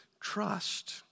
trust